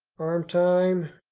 arm time.